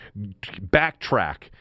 backtrack